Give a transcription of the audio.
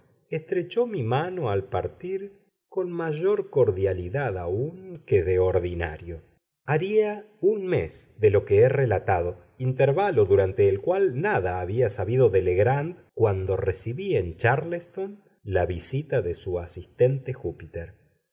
estrechó mi mano al partir con mayor cordialidad aún que de ordinario haría un mes de lo que he relatado intervalo durante el cual nada había sabido de legrand cuando recibí en chárleston la visita de su asistente júpiter